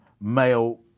male